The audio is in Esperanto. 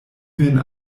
vin